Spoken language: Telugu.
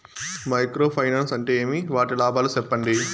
మైక్రో ఫైనాన్స్ అంటే ఏమి? వాటి లాభాలు సెప్పండి?